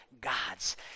gods